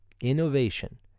innovation